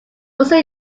also